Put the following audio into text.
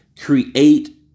Create